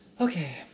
Okay